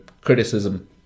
Criticism